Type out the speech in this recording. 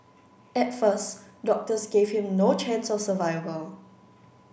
at first doctors gave him no chance of survival